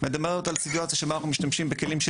מדברת על סיטואציה שבה אנחנו משתמשים בכלים של